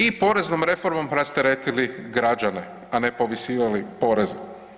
I poreznom reformom rasteretili građane, a ne povisivali poreze.